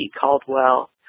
Caldwell